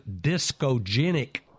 discogenic